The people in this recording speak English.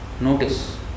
notice